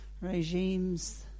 regimes